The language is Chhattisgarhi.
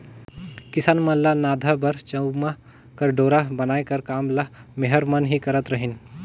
किसान मन ल नाधा बर चमउा कर डोरा बनाए कर काम ल मेहर मन ही करत रहिन